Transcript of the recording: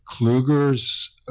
Kluger's